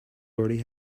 already